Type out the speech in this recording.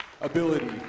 ability